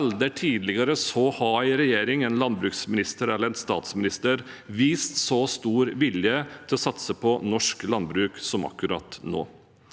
Aldri tidligere har en regjering, en landbruksminister eller en statsminister vist så stor vilje til å satse på norsk landbruk som akkurat nå.